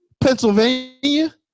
Pennsylvania